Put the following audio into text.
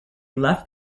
left